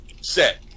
set